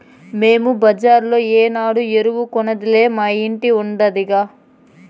మేము బజార్లో ఏనాడు ఎరువు కొనేదేలా మా ఇంట్ల ఉండాదిగా